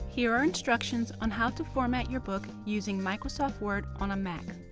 here are instructions on how to format your book using microsoft word on a mac.